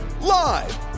Live